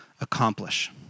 accomplish